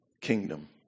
kingdom